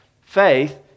Faith